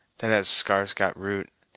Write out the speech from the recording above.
that has scarce got root.